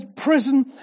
prison